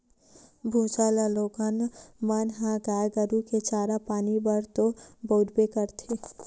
भूसा ल लोगन मन ह गाय गरु के चारा पानी बर तो बउरबे करथे